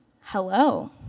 Hello